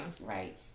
right